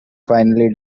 finally